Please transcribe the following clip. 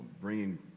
bringing